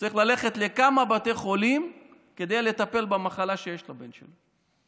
הוא צריך ללכת לכמה בתי חולים כדי לטפל במחלה שיש לבן שלו.